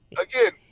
again